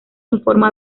informa